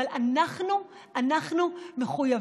אבל אנחנו מחויבים,